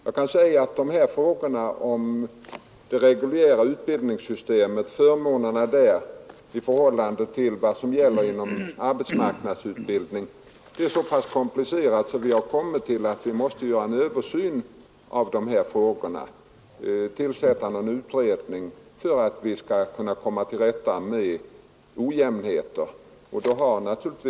De här frågorna — det gäller alltså förmånerna inom det reguljära utbildningssystemet i förhållande till vad som gäller inom arbetsmarknadsutbildning — är så pass komplicerade att vi har kommit fram till att vi måste göra en översyn av dem, dvs. tillsätta en utredning, för att komma till rätta med ojämnheter.